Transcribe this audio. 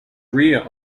rear